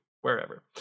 wherever